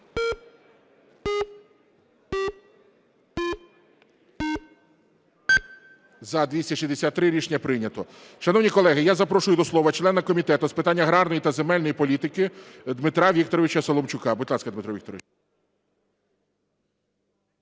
За-263 Рішення прийнято. Шановні колеги, я запрошую до слова члена Комітету з питань аграрної та земельної політики Дмитро Вікторович Соломчука. Будь ласка, Дмитро Вікторович.